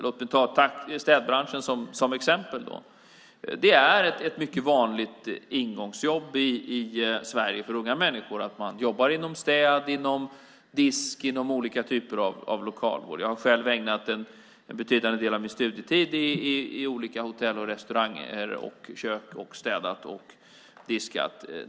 Låt mig ta städbranschen som exempel. Det är ett mycket vanligt ingångsjobb i Sverige för unga människor att man jobbar inom städ, disk och olika typer av lokalvård. Jag ägnade själv en betydande del av min studietid i olika hotell och restauranger och i kök där jag städade och diskade.